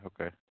Okay